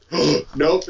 Nope